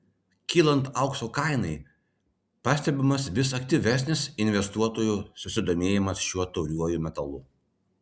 kylant aukso kainai pastebimas vis aktyvesnis investuotojų susidomėjimas šiuo tauriuoju metalu